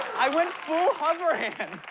i went full hover hand.